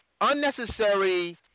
Unnecessary